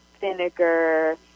vinegar